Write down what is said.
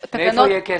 מאיפה יהיה כסף?